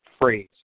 phrase